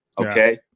Okay